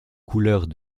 couleurs